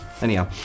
Anyhow